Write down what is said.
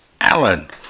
Alan